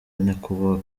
nyakubahwa